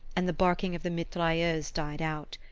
and the barking of the mitrailleuse died out.